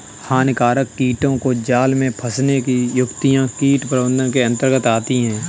हानिकारक कीटों को जाल में फंसने की युक्तियां कीट प्रबंधन के अंतर्गत आती है